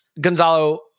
Gonzalo